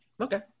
Okay